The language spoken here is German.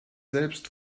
selbst